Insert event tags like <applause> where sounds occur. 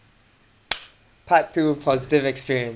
<noise> part two positive experience